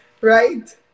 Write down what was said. right